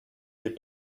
des